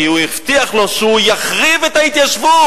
כי הוא הבטיח לו שהוא יחריב את ההתיישבות,